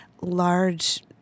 large